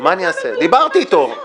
דיברתי אתו,